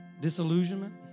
disillusionment